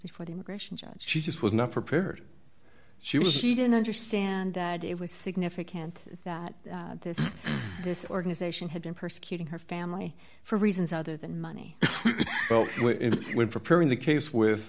before the immigration judge she just was not prepared she was she didn't understand that it was significant that this this organization had been persecuting her family for reasons other than money when preparing the case with